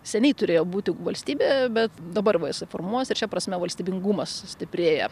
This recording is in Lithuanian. seniai turėjo būti valstybėj bet dabar va jisai suformuojasi ir šia prasme valstybingumas stiprėja